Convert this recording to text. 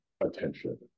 attention